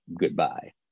Goodbye